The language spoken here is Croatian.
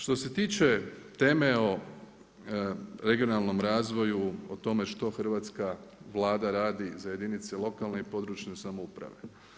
Što se tiče teme o regionalnom razvoju, o tome što hrvatska Vlada radi za jedinice lokalne i područne samouprave.